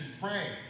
pray